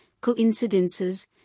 coincidences